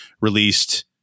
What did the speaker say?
released